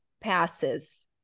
passes